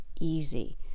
easy